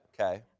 Okay